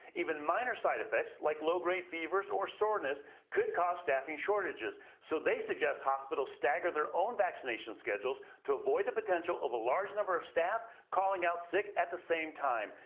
even minor side effects like low-grade fevers or soreness could cause staffing shortages. so they suggest hospitals stagger their own vaccination schedules to avoid the potential of a large number of staff calling out sick at the same time.